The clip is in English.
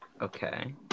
okay